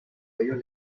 ellos